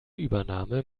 übernahme